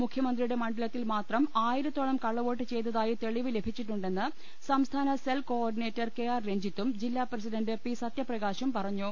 മുഖ്യമന്ത്രിയുടെ മണ്ഡലത്തിൽ മാത്രം ആയിരത്തോളം കള്ള വോട്ട് ചെയ്തതായി തെളിവ് ലഭിച്ചിട്ടുണ്ടെന്ന് സംസ്ഥാന cell coordinator K R രഞ്ജിത്തും ജില്ലാ പ്രസിഡണ്ട് പി സത്യപ്രകാശും പറഞ്ഞു